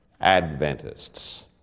Adventists